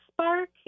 SPARK